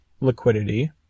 liquidity